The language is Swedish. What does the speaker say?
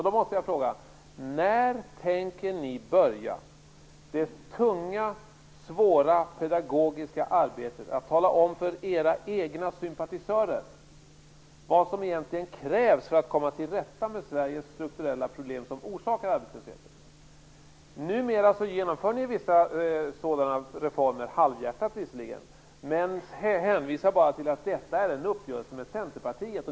Då måste jag fråga: När tänker ni börja det tunga, svåra och pedagogiska arbetet att tala om för era egna sympatisörer vad som egentligen krävs för att komma till rätta med Sveriges strukturella problem som orsakar arbetslösheten? Numera genomför ni vissa sådana reformer, visserligen halvhjärtat, och hänvisar till att det är en uppgörelse med Centerpartiet.